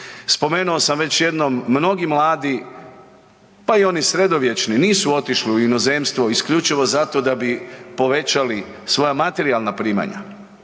Spomenuo sam već jednom, mnogi mladi, pa i oni sredovječni nisu otišli u inozemstvo isključivo zato da bi povećali svoja materijalna primanja.